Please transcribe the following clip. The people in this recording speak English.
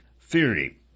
theory